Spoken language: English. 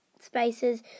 spaces